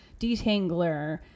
detangler